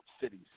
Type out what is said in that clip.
cities